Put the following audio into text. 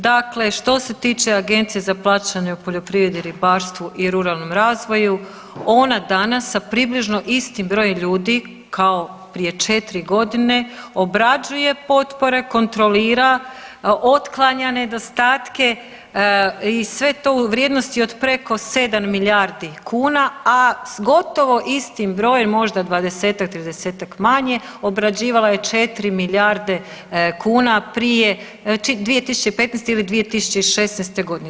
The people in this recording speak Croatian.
Dakle, što se tiče Agencije za plaćanje u poljoprivredi, ribarstvu i ruralnom razvoju ona danas sa približno istim brojem ljudi kao prije 4 godine obrađuje potpore, kontrolira, otklanja nedostatke i sve to u vrijednosti od preko 7 milijardi kuna, a gotovo s istim brojem, možda 20-ak, 30-ak manje obrađivala je 4 milijarde kuna prije, 2015. ili 2016. godine.